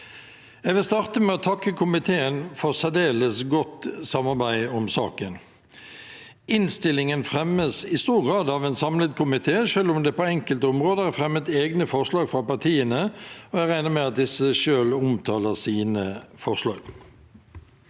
Jeg vil starte med å takke komiteen for særdeles godt samarbeid om saken. Innstillingen fremmes i stor grad av en samlet komité, selv om det på enkelte områder er fremmet egne forslag fra partiene. Jeg regner med at disse selv omtaler sine forslag.